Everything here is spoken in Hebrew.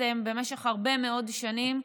והתעצם במשך הרבה מאוד שנים,